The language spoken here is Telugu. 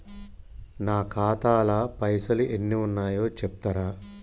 నా ఖాతా లా పైసల్ ఎన్ని ఉన్నాయో చెప్తరా?